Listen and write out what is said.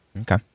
Okay